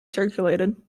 circulated